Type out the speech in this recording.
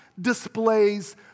displays